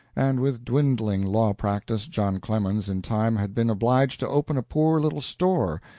and with dwindling law-practice john clemens in time had been obliged to open a poor little store,